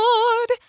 Lord